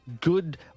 good